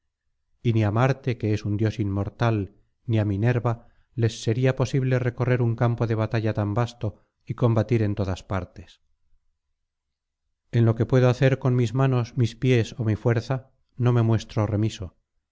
y ni á marte que es un dios inmortal ni á minerva les sería posible recorrer un campo de batalla tan vasto y combatir en todas partes en lo que puedo hacer con mis manos mis pies ó mi fuerza no me muestro remiso